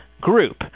group